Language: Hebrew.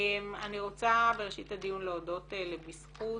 אני רוצה בראשית הדיון להודות ל"בזכות"